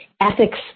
ethics